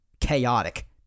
chaotic